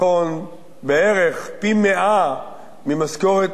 בערך פי-100 ממשכורות ממוצעת